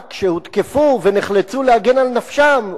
רק כשהותקפו ונחלצו להגן על נפשם,